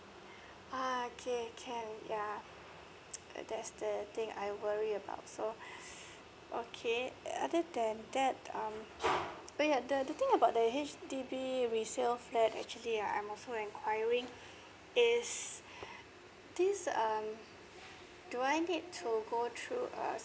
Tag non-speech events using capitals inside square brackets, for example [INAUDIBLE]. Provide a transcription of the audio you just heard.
ah okay can yeah [NOISE] that's the thing I worry about so [BREATH] okay other than that where the the thing about the H_D_B resale flat actually I'm also enquiring is this um do I need to go through uh